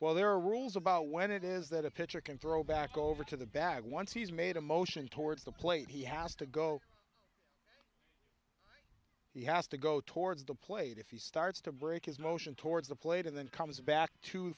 are rules about when it is that a pitcher can throw back over to the back once he's made a motion towards the plate he has to go he has to go towards the plate if he starts to break his motion towards the plate and then comes back to